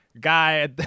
guy